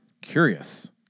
curious